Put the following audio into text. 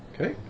Okay